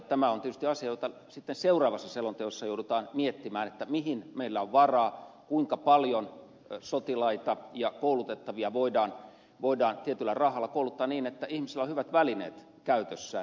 tämä on tietysti asia jota sitten seuraavassa selonteossa joudutaan miettimään mihin meillä on varaa kuinka paljon sotilaita ja koulutettavia voidaan tietyllä rahalla kouluttaa niin että ihmisillä on hyvät välineet käytössään